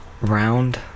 round